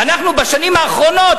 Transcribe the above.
ואנחנו בשנים האחרונות,